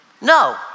No